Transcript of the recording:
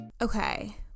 Okay